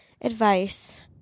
advice